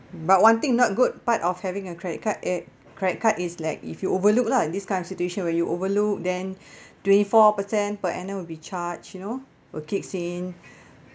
but one thing not good part of having a credit card eh credit card is like if you overlooked lah this kind of situation where you overlook then twenty four percent per annum will be charged you know will kicks in